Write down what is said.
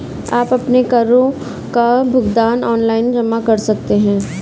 आप अपने करों का भुगतान ऑनलाइन जमा कर सकते हैं